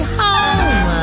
home